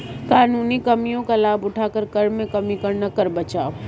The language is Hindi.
कानूनी कमियों का लाभ उठाकर कर में कमी करना कर बचाव है